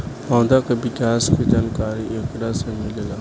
पौधा के विकास के जानकारी एकरा से मिलेला